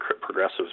progressives